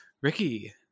Ricky